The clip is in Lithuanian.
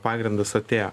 pagrindas atėjo